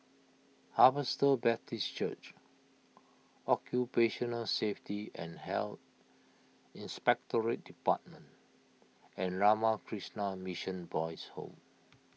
Harvester Baptist Church Occupational Safety and Health Inspectorate Department and Ramakrishna Mission Boys' Home